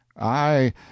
I